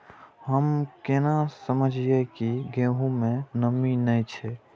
हम केना समझये की गेहूं में नमी ने छे?